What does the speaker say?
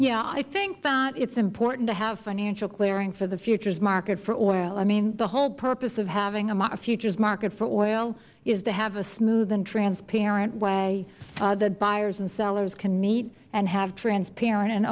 yeah i think that it is important to have financial clearing for the futures market for oil the whole purpose of having a futures market for oil is to have a smooth and transparent way that buyers and sellers can meet and have transparent and